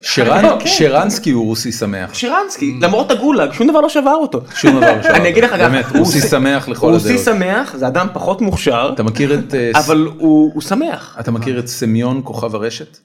שרנ.., שרנסקי הוא רוסי שמח שרנסקי, למרות הגולאג, שום דבר לא שבר אותו. אני אגיד לך הוא רוסי שמח לכל הדעות. הוא רוסי שמח זה אדם פחות מוכשר, אתה מכיר את.. אבל הוא הוא שמח. אתה מכיר את סמיון כוכב הרשת?